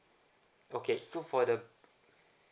okay so for the